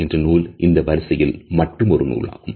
என்ற நூல் இந்த வரிசையில்மற்றும் ஒரு நூலாகும்